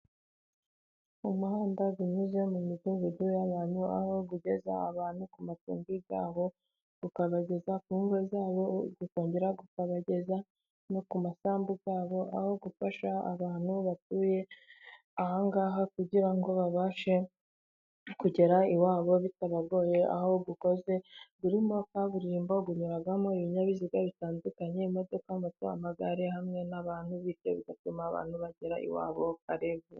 Umuhanda unyuze mu midugudu y'abantu, aho ugeza abantu ku macumbi yabo ukabageza ku ngo zabo, ukongera ukabageza no ku masambu yabo, aho ufasha abantu batuye aha ngaha kugira ngo babashe kugera iwabo bitabagoye, aho ukozwe urimo kaburimbo unyuramo ibinyabiziga bitandukanye imodoka, amato, amagare hamwe n'abantu, bityo bigatuma abantu bagera iwabo kare.